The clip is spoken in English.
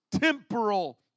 temporal